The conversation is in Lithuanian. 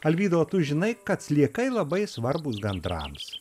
alvyda o tu žinai kad sliekai labai svarbūs gandrams